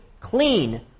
clean